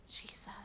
Jesus